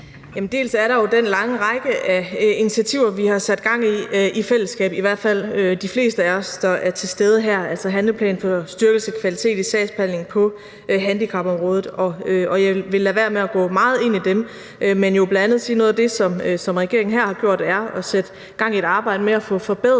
Jamen der er jo den lange række af initiativer, vi har sat i gang i fællesskab – i hvert fald de fleste, der er til stede her – altså handleplanen for styrkelse af kvaliteten i sagsbehandlingen på handicapområdet. Og jeg vil lade være med at gå meget ind i den, men bl.a. sige, at noget af det, regeringen her har gjort, er at sætte gang i et arbejde med at få forbedret